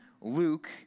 Luke